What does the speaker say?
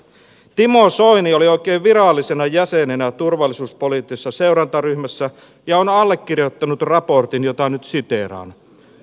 timo soini oli oikein virallisena jäsenenä turvallisuuspoliittisessa seurantaryhmässä ja on allekirjoittanut raportin jota nyt siteeraan